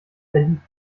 verliebt